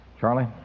Charlie